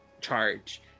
charge